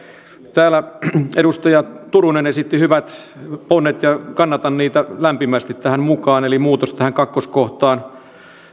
täällä edustaja turunen esitti hyvät ponnet ja kannatan niitä lämpimästi tähän mukaan eli muutosta tähän kakkoskohtaan